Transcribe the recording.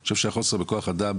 אני חושב שהחוסר בכוח אדם,